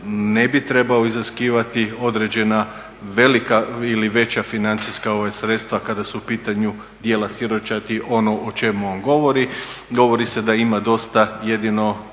ne bi trebao iziskivati određena velika ili veća financijska sredstva kada su u pitanju djela siročadi, ono o čemu on govori. Govori se da ima dosta jedino